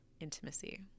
intimacy